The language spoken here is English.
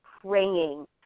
praying